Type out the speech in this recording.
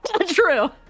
True